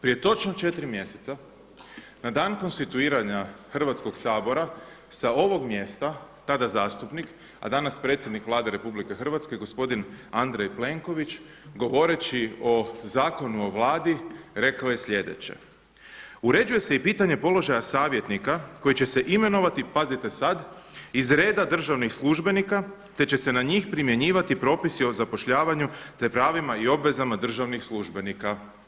Prije točno četiri mjeseca na dan konstituiranja Hrvatskog sabora sa ovog mjesta tada zastupnik, a danas predsjednik Vlade RH gospodin Andrej Plenković govoreći o Zakonu o Vladi rekao je sljedeće: „Uređuje se i pitanje položaja savjetnika koji će se imenovati pazite sad iz reda državnih službenika, te će se na njih primjenjivati propisi o zapošljavanju, te pravima i obvezama državnih službenika.